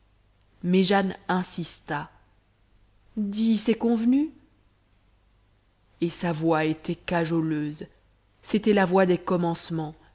mais jane insista dis c'est convenu et sa voix était cajoleuse c'était la voix des commencements